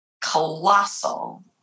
colossal